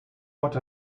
what